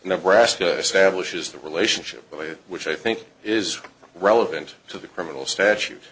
nebraska establishes the relationship but which i think is relevant to the criminal statute